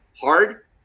hard